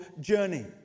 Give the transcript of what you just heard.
journey